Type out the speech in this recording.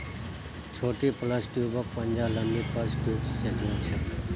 छोटी प्लस ट्यूबक पंजा लंबी प्लस ट्यूब स जो र छेक